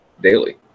daily